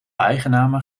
eigennamen